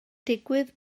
digwydd